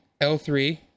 L3